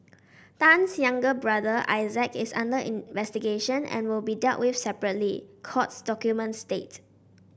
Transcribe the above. Tan's younger brother Isaac is under investigation and will be dealt with separately courts documents state